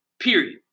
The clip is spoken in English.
period